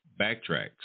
backtracks